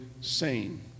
sane